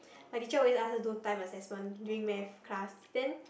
my teacher always ask us do time assessment during math class then